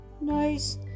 Nice